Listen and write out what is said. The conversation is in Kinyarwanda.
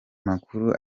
makuru